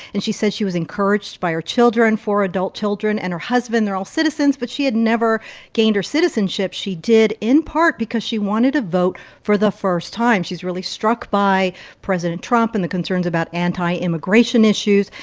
and she said she was encouraged by her children four adult children and her husband. they're all citizens. but she had never gained her citizenship. she did, in part, because she wanted to vote for the first time she's really struck by president trump and the concerns about anti-immigration issues.